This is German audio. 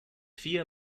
vier